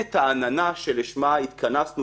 אבל יש סעיף שמדבר על מסירה שהיא לא סודית.